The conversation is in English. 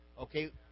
Okay